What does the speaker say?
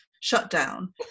shutdown